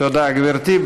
תודה, גברתי.